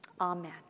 Amen